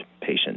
patient